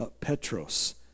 Petros